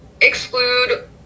exclude